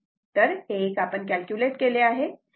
तर हे एक आपण कॅल्क्युलेट केले आहे